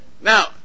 Now